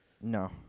No